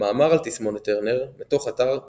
מאמר על תסמונת טרנר – מתוך אתר "גדילה"